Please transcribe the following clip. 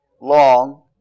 long